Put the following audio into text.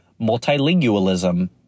multilingualism